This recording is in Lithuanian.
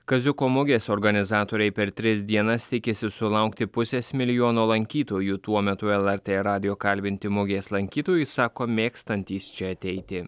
kaziuko mugės organizatoriai per tris dienas tikisi sulaukti pusės milijono lankytojų tuo metu lrt radijo kalbinti mugės lankytojai sako mėgstantys čia ateiti